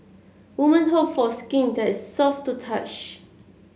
woman hope for skin that is soft to the touch